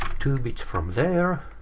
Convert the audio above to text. two bits from there.